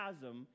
chasm